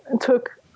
took